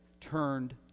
turned